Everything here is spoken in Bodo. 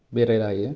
बेरायलाहैयो